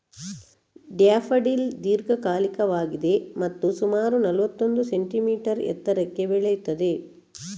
daffodil ದೀರ್ಘಕಾಲಿಕವಾಗಿದೆ ಮತ್ತು ಸುಮಾರು ನಲ್ವತ್ತೊಂದು ಸೆಂಟಿಮೀಟರ್ ಎತ್ತರಕ್ಕೆ ಬೆಳೆಯುತ್ತದೆ